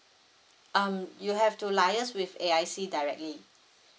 um you have to liaise with A_I_C directly